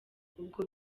ubwo